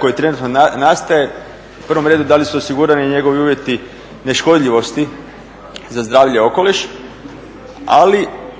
koji trenutno nastaje u prvom redu da li su osigurani njegovi uvjeti neškodljivosti za zdravlje i okoliš